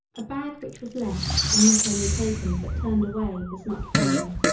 a bag which was left and not only taken but turned away was not found.